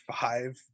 five